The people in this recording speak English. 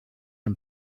him